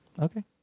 Okay